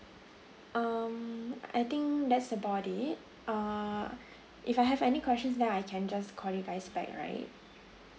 um I think that's about it uh if I have any questions then I can just call you guys back right